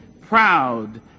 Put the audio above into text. proud